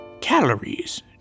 Calories